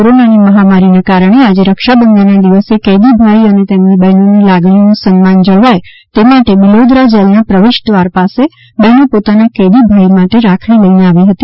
કોરોનાની મહામારીના કારણે આજે રક્ષાબંધનના દિવસે કેદી ભાઈ અને તેમની બહેનોની લાગણીનું સન્માનજળવાય તે માટે બિલોદરા જેલના પ્રવેશદ્વાર પાસે બહેનો પોતાના કેદી ભાઈ માટે રાખડી લઇ ને આવી હતી